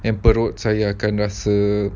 and perut saya akan rasa